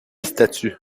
statue